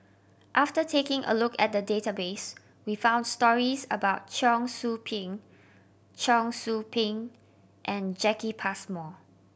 after taking a look at the database we found stories about Cheong Soo Pieng Cheong Soo Pieng and Jacki Passmore